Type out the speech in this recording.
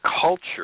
culture